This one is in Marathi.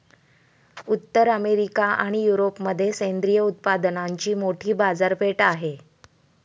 उत्तर अमेरिका आणि युरोपमध्ये सेंद्रिय उत्पादनांची मोठी बाजारपेठ आहे